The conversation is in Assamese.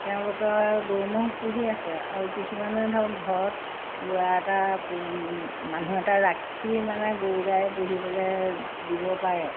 তেওঁলোকে আৰু গৰু ম'হ পুহি আছে আৰু কিছুমানে ধৰক ঘৰত ল'ৰা এটা মানুহ এটা ৰাখি মানে গৰু গাই পুহিবলৈ দিব পাৰে